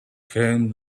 came